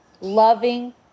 loving